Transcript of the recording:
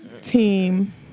Team